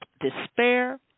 despair